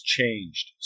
changed